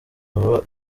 baba